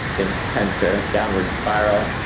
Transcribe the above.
things tend to downward spiral.